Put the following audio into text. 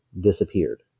disappeared